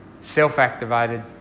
self-activated